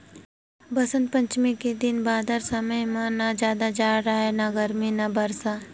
बसंत पंचमी के दिन बादर समे म न जादा जाड़ राहय न गरमी न बरसा